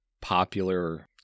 popular